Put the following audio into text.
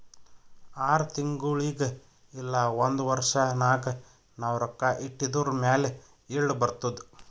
R ತಿಂಗುಳಿಗ್ ಇಲ್ಲ ಒಂದ್ ವರ್ಷ ನಾಗ್ ನಾವ್ ರೊಕ್ಕಾ ಇಟ್ಟಿದುರ್ ಮ್ಯಾಲ ಈಲ್ಡ್ ಬರ್ತುದ್